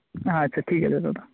হ্যাঁ আচ্ছা ঠিক আছে দাদা